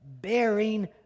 bearing